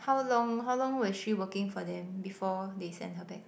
how long how long was she working for them before they send her back